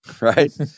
right